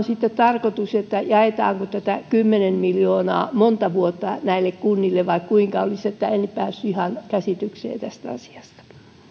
sitten tarkoitus jakaa tätä kymmentä miljoonaa monta vuotta näille kunnille vai kuinka en päässyt ihan käsitykseen tästä asiasta